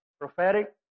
prophetic